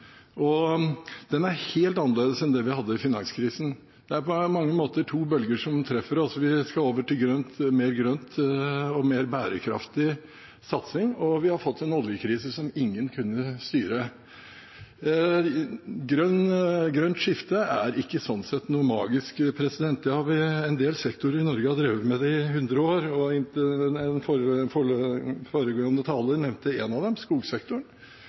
og den er helt annerledes enn finanskrisen. Det er på mange måter to bølger som treffer oss – vi skal over til en grønnere og mer bærekraftig satsing, og vi har fått en oljekrise som ingen kunne styre. Grønt skifte er ikke, slik sett, noe magisk, det har en del sektorer i Norge drevet med i 100 år, og den foregående taler nevnte en av dem: skogsektoren.